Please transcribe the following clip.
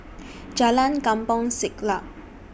Jalan Kampong Siglap